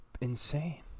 insane